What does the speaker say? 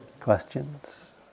questions